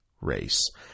race